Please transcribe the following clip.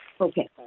Okay